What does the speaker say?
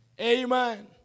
Amen